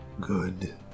good